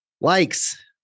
likes